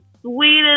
sweetest